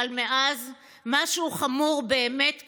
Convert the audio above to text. אבל מאז משהו חמור באמת קרה.